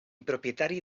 propietari